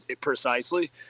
precisely